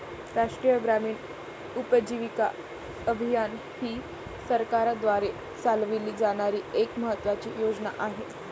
राष्ट्रीय ग्रामीण उपजीविका अभियान ही सरकारद्वारे चालवली जाणारी एक महत्त्वाची योजना आहे